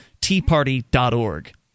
teaparty.org